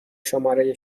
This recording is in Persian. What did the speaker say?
شماره